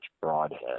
broadhead